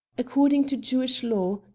according to jewish law,